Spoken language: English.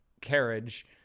carriage